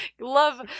Love